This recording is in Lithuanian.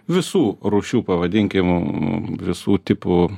visų rūšių pavadinkim visų tipų